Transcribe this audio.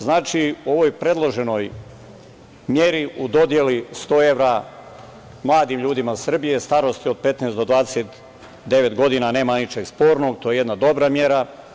Znači, u ovoj predloženoj meri u dodeli 100 evra mladim ljudima Srbije starosti od 16 do 29 godina nema ničeg spornog, to je jedna dobra mera.